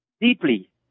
Deeply